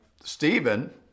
Stephen